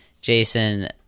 jason